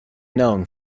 known